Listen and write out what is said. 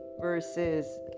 versus